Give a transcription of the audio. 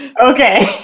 Okay